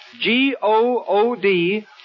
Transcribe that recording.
G-O-O-D